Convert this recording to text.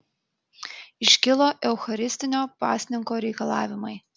iškilo eucharistinio pasninko reikalavimai